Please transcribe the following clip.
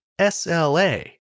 SLA